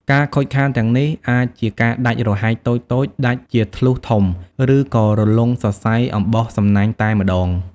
ការខូចខាតទាំងនេះអាចជាការដាច់រហែកតូចៗ ដាច់ជាធ្លុះធំ ឬក៏រលុងសរសៃអំបោះសំណាញ់តែម្ដង។